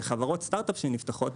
חברות סטארט-אפ שנפתחות,